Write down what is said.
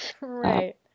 Right